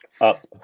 Up